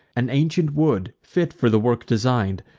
an ancient wood, fit for the work design'd,